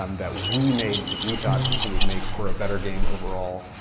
um that we made because we thought it would make for a better game overall,